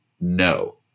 No